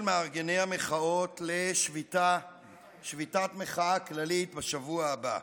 מארגני המחאות לשביתת מחאה כללית בשבוע הבא.